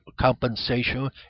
compensation